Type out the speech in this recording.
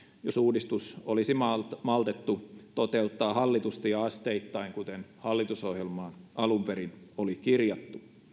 jos uudistus olisi maltettu maltettu toteuttaa hallitusti ja asteittain kuten hallitusohjelmaan alun perin oli kirjattu